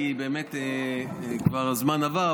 כי באמת כבר הזמן עבר,